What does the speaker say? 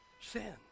Sin